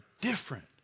different